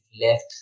left